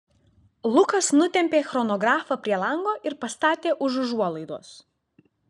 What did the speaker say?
lukas nutempė chronografą prie lango ir pastatė už užuolaidos